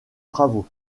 bravo